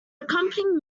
accompanying